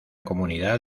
comunidad